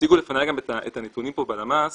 הציגו לפניי גם את הנתונים בלמ"ס.